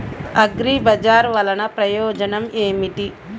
అగ్రిబజార్ వల్లన ప్రయోజనం ఏమిటీ?